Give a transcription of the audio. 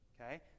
Okay